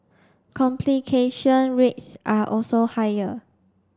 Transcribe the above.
complication rates are also higher